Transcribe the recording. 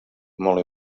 molt